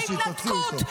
בהתנתקות,